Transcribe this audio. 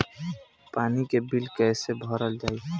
पानी के बिल कैसे भरल जाइ?